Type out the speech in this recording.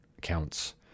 counts